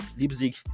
Leipzig